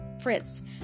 Fritz